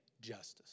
justice